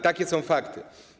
Takie są fakty.